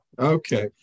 Okay